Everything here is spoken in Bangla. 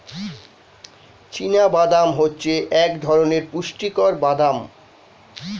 চীনা বাদাম হচ্ছে এক ধরণের পুষ্টিকর বাদাম